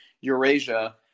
Eurasia